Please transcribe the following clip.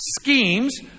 schemes